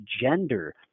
gender